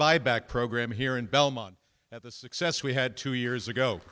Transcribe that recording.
buyback program here in belmont at the success we had two years ago